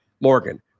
Morgan